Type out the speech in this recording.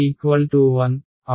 N ji